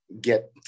get